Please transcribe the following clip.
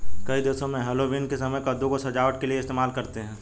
कई देशों में हैलोवीन के समय में कद्दू को सजावट के लिए इस्तेमाल करते हैं